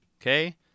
Okay